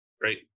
Great